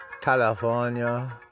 California